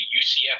UCF